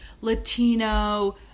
Latino